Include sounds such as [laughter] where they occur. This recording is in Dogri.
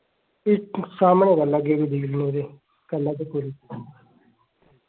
फ्ही सामने कर लैगे [unintelligible] कर लैगे पूरे